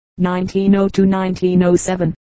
1902-1907